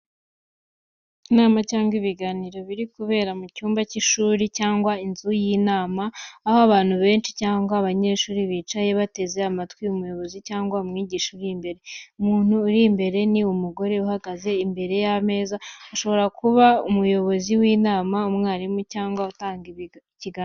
Inama cyangwa ibiganiro biri kubera mu cyumba cy'ishuri cyangwa inzu y’inama, aho abantu benshi cyangwa hari abanyeshuri bicaye bateze amatwi umuyobozi cyangwa umwigisha uri imbere. Umuntu uri imbere ni umugore uhagaze imbere y’ameza, ashobora kuba umuyobozi w’inama, umwarimu cyangwa utanga ikiganiro.